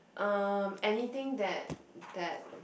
um anything that that